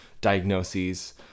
diagnoses